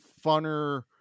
funner